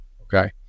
Okay